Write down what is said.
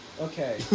Okay